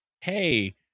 hey